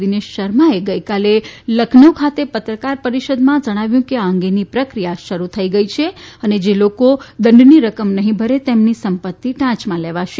દિનેશ શર્માએ ગઈકાલે લખનૌ ખાતે પત્રકાર પરિષદમાં જણાવ્યું કે આ અંગેની પ્રક્રિયા શરૂ થઈ ગઈ છે અને જે લોકો દંડની રકમ નહીં ભરે તેમની સંપત્તિ ટાંચમાં લેવાશે